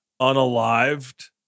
unalived